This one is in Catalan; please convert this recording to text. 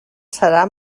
serà